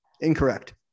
Incorrect